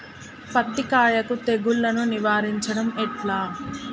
పత్తి కాయకు తెగుళ్లను నివారించడం ఎట్లా?